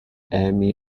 emmy